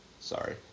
Sorry